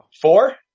Four